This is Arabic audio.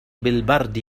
بالبرد